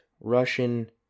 Russian